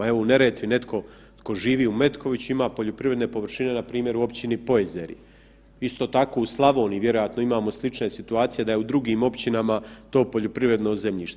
Evo u Neretvi netko tko živi u Metkoviću ima poljoprivredne površine npr. u Općini Pojezerje, isto tako u Slavoniji vjerojatno imamo slične situacije da u drugim općinama to poljoprivredno zemljište.